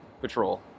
patrol